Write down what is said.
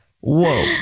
Whoa